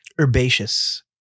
herbaceous